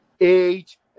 age